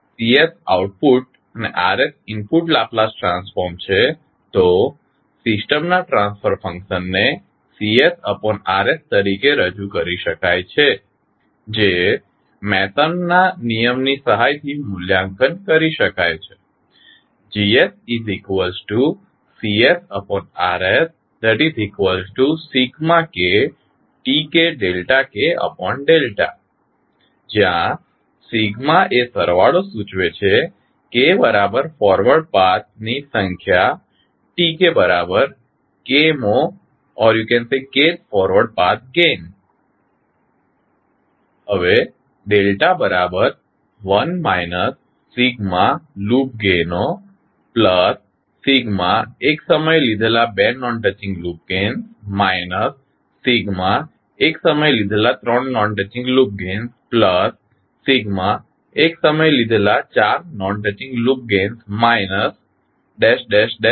જો C output અને R input Laplace transform છે તો સિસ્ટમના ટ્રાન્સફર ફંક્શનને CR તરીકે રજૂ કરી શકાય છે જે મેસનના નિયમની સહાયથી મૂલ્યાંકન કરી શકાય છે GCRkTkk જ્યાં એ સરવાળો સૂચવે છે k ફોરવર્ડ પાથ ની સંખ્યા Tk k મો ફોરવર્ડ પાથ ગેઇન 1 લૂપો એક સમયે લીધેલા બે નોનટચિંગ લૂપ ગેઇન્સ એક સમયે લીધેલા ત્રણ નોન ટચિંગ લૂપ ગેઇન્સ એક સમયે લીધેલા ચાર નોન ટચિંગ લૂપ ગેઇન્સ